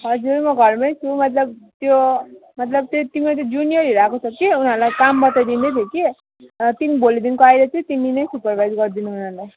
हजुर म घरमै छु मतलब त्यो मतलब त्यो तिम्रो त्यो जुनियरहरू आएको छ के उनीहरूलाई काम बताइदिने त्यही के तिमी भोलिदेखिको आएर चाहिँ तिमी नै सुपरभाइज गरिदिनु उनीहरूलाई